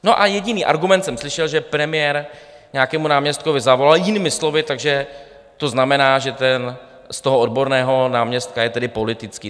A jediný argument jsem slyšel, že premiér nějakému náměstkovi zavolal jinými slovy, takže to znamená, že z odborného náměstka je tedy politický.